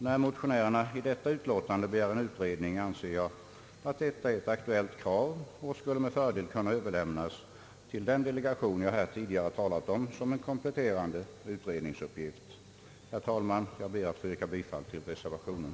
När motionärerna har begärt en utredning, anser jag detta vara ett aktuellt drag, och uppgiften skulle med fördel kunna överlämnas till den delegation jag tidigare talat om såsom ett kompletterande utredningsuppdrag. Herr talman! Jag ber att få yrka bifall till reservationen.